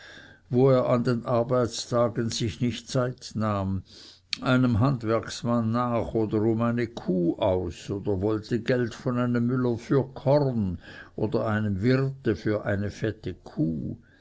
wo er an den arbeitstagen sich nicht zeit nahm einem handwerksmann nach oder um eine kuh aus oder wollte geld von einem müller für korn oder einem wirte für eine fette kuh